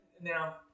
Now